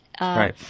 Right